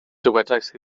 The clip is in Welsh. dywedais